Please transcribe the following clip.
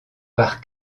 par